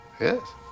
Yes